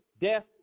death